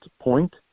point